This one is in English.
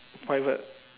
private